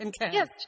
Yes